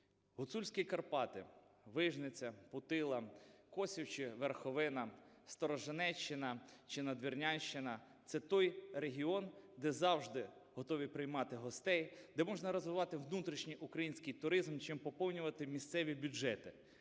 Гуцульські Карпати, Вижниця, Путила, Косів чи Верховина, Сторожинеччина чи Надвірнянщина – це той регіон, де завжди готові приймати гостей, де можна розвивати внутрішній український туризм, чим поповнювати місцеві бюджети.